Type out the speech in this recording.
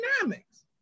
dynamics